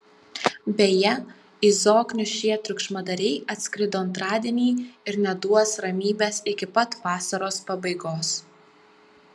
beje į zoknius šie triukšmadariai atskrido antradienį ir neduos ramybės iki pat vasaros pabaigos